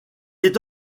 est